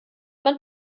man